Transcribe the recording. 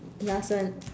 last one